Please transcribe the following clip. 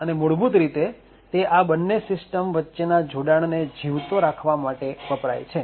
અને મૂળભૂત રીતે તે આ બંને સિસ્ટમ વચ્ચેના જોડાણને જીવતો રાખવા માટે વપરાય છે